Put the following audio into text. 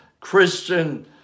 Christian